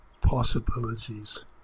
possibilities